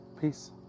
Peace